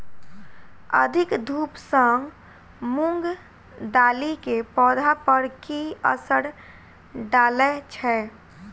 अधिक धूप सँ मूंग दालि केँ पौधा पर की असर डालय छै?